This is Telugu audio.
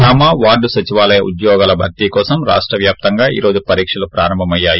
గ్రామ వార్డు సచివాలయ ఉద్యోగాల భర్తీ కోసం రాష్టవ్యాప్తంగా ఈ రోజు పరీక్షలు ప్రారంభమయ్యాయి